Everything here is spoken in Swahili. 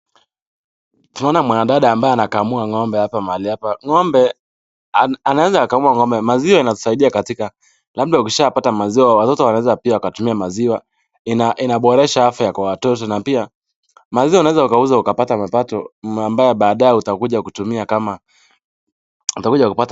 Tunaona mwanadada ambaye anakaamua ng'ombe mahali hapa. Ng'ombe, anaweza akakamua ng'ombe. Maziwa yanatusaidia katika, labda ukishapata maziwa, watoto wanaweza pia wakatumia maziwa, inaboresha afya ya watoto na pia maziwa unaweza ukauza ukapata mapato ambayo baadaye utakuja kutumia kama, utakuja kupata.